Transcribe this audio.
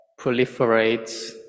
proliferates